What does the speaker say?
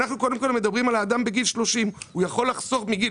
אנחנו קודם כל מדברים על אדם בגיל 30. הוא יכול לחסוך מגיל